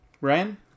ryan